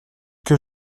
que